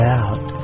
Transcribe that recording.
out